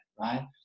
right